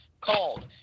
called